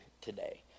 today